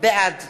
בעד